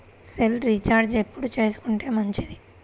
Cell recharge ఎప్పుడు చేసుకొంటే మంచిది?